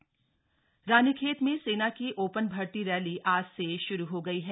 सेना भर्ती रानीखेत में सेना की ओपन भर्ती रैली आज से शुरू हो गई है